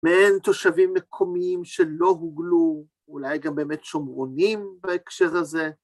מעין תושבים מקומיים שלא הוגלו, אולי גם באמת שומרונים בהקשר הזה.